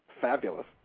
Fabulous